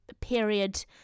period